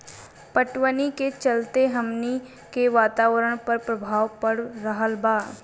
पटवनी के चलते हमनी के वातावरण पर प्रभाव पड़ रहल बा